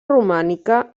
romànica